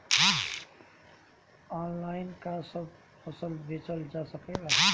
Online का सब फसल बेचल जा सकेला?